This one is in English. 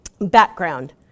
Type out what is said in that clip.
background